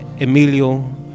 Emilio